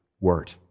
word